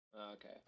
Okay